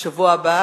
בשבוע הבא